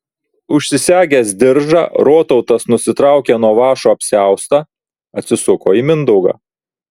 užsisegęs diržą rotautas nusitraukė nuo vąšo apsiaustą atsisuko į mindaugą